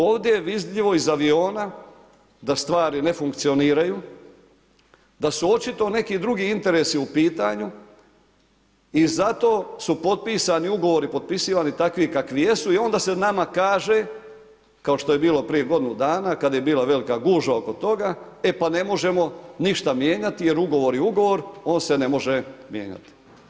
Ovdje vidljivo iz aviona da stvari ne funkcioniraju, da su očito neki drugi interesi u pitanju i zato su potpisani ugovori potipisivani takvi kakvi jesu i onda se nama kaže, kao što je bilo prije godinu dana kad je bila velika gužva oko toga, e pa ne možemo ništa mijenjati jer ugovor je ugovor, on se ne može mijenjati.